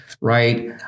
right